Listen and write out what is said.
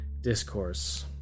discourse